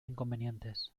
inconvenientes